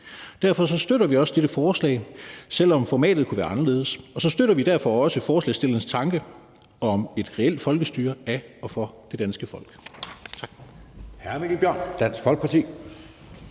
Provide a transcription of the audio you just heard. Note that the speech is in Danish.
derfor støtter vi også dette forslag, selv om formatet kunne være anderledes. Vi støtter derfor også forslagsstillernes tanke om et reelt folkestyre af og for det danske folk.